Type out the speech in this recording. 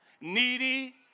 needy